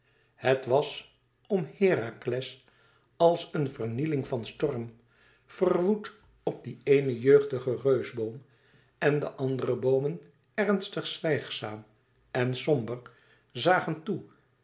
het was om herakles als een vernieling van storm verwoed op dien eenen jeugdigen reusboom en de andere boomen ernstig zwijgzaam en somber zagen toe